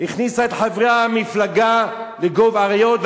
הכניסה את חברי המפלגה לגוב אריות,